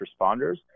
responders